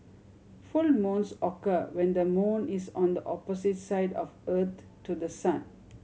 full moons occur when the moon is on the opposite side of Earth to the sun